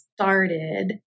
started